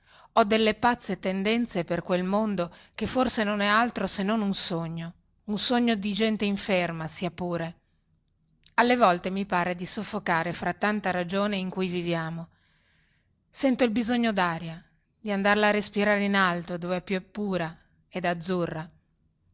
ho delle pazze tendenze per quel mondo che forse non è altro se non un sogno un sogno di gente inferma sia pure alle volte mi pare di soffocare fra tanta ragione in cui viviamo sento il bisogno daria di andarla a respirare in alto dove è più pura ed azzurra